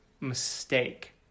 mistake